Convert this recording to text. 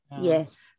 yes